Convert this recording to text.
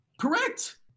Correct